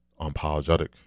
unapologetic